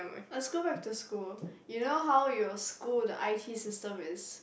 let's go back to school you know how your school the I_T system is